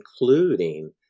including